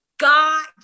God